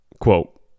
Quote